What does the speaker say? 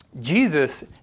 Jesus